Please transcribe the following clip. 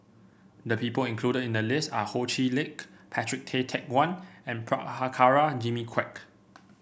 the people included in the list are Ho Chee Lick Patrick Tay Teck Guan and Prabhakara Jimmy Quek